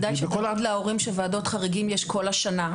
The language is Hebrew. כדאי שתגיד להורים שוועדות חריגים יש כל השנה.